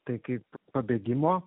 tai kaip pabėgimo